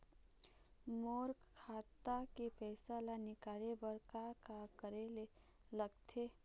मोर खाता के पैसा ला निकाले बर का का करे ले लगथे?